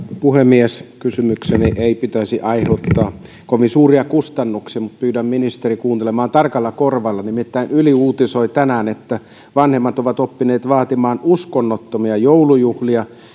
puhemies kysymykseni ei pitäisi aiheuttaa kovin suuria kustannuksia mutta pyydän ministeriä kuuntelemaan tarkalla korvalla nimittäin yle uutisoi tänään että vanhemmat ovat oppineet vaatimaan uskonnottomia joulujuhlia